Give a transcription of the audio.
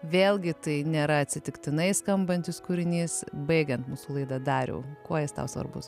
vėlgi tai nėra atsitiktinai skambantis kūrinys baigiant mūsų laidą dariau kuo jis tau svarbus